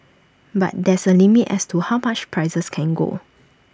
but there's A limit as to how much prices can go